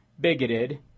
bigoted